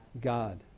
God